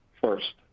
First